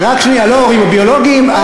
לא ההורים הביולוגיים.